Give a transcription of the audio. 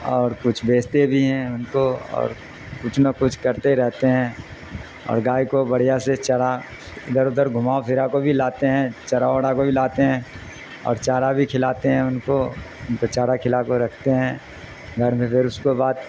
اور کچھ بیچتے بھی ہیں ان کو اور کچھ نہ کچھ کرتے رہتے ہیں اور گائے کو بڑھیا سے چرا ادھر ادھر گھما پھرا کو بھی لاتے ہیں چرا وڑا کو بھی لاتے ہیں اور چارا بھی کھلاتے ہیں ان کو ان کو چارا کھلا کو رکھتے ہیں گھر میں پھر اس کو بعد